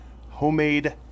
homemade